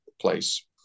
place